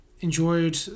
enjoyed